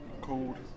called